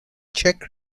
czech